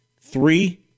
three